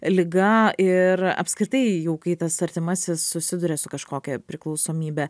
liga ir apskritai jau kai tas artimasis susiduria su kažkokia priklausomybe